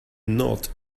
not